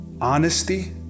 honesty